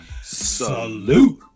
salute